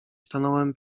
stanąłem